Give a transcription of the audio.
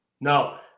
Now